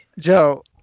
Joe